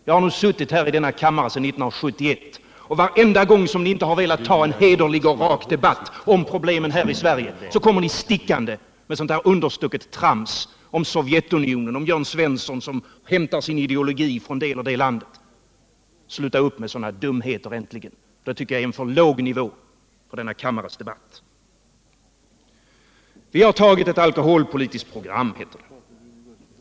Jag har nu suttit i kammaren sedan 1971 och varenda gång som ni inte har « velat ta en hederlig och rak debatt om problemen här i Sverige kommer ni stickande med sådant där understucket trams om Sovjetunionen och Jörn Svensson, som hämtar sin ideologi från det och det landet. Sluta äntligen upp med sådana dumheter! Jag tycker att det är en för låg nivå för debatten i denna kammare. Vi har antagit ett alkoholpolitiskt program, heter det.